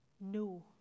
no